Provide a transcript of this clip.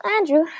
Andrew